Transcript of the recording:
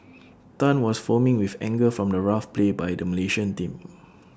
Tan was foaming with anger from the rough play by the Malaysian team